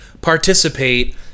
participate